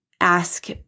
ask